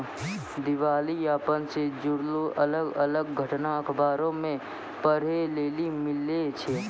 दिबालियापन से जुड़लो अलग अलग घटना अखबारो मे पढ़ै लेली मिलै छै